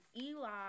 Eli